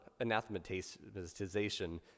anathematization